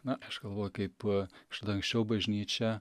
na aš galvoju kaip kažkada anksčiau bažnyčia